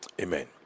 amen